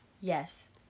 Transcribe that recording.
Yes